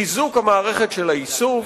חיזוק המערכת של האיסוף,